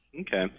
Okay